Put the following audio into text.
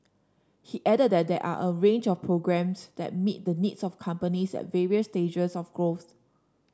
he added that there are a range of programmes that meet the needs of companies at various stages of growth